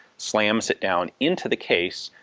slams it down into the case,